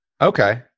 Okay